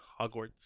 Hogwarts